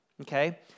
okay